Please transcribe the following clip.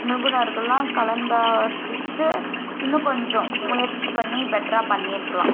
நிபுணர்களெலாம் கலந்தாலோசிச்சு இன்னும் கொஞ்சம் முயற்சி பண்ணி பெட்ராகே பண்ணியிருக்கலாம்